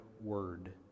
Word